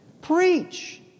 Preach